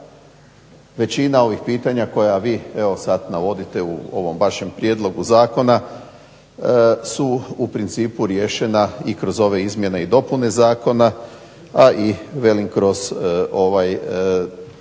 većina ovih pitanja koja sada vi navodite u ovom vašem prijedlogu zakona su u principu riješena i kroz ove izmijenjen i dopune zakona ali i kroz ovu agenciju